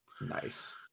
nice